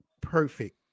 perfect